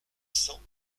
cents